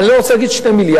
אני לא רוצה להגיד 2 מיליארד.